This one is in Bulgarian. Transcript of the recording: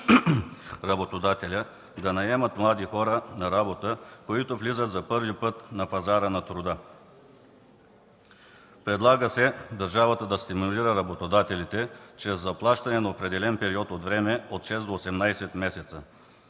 работодателя и да наемат млади хора на работа, които влизат за първи път на пазара на труда. Предлага се държавата да стимулира работодателите чрез заплащане на определен период от време – от 6 до 18 месеца,